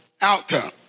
outcome